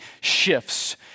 shifts